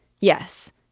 yes